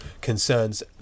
concerns